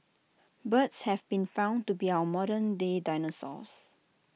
birds have been found to be our modern day dinosaurs